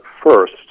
First